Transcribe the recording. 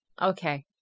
Okay